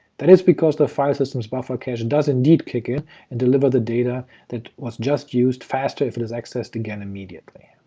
that is because the file system's buffer cache and does indeed kick in and deliver the data that was just used faster if it is accessed again immediately.